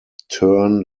turn